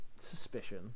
suspicion